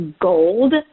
gold